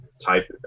type